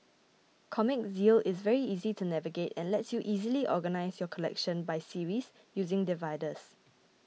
Comic Zeal is very easy to navigate and lets you easily organise your collection by series using dividers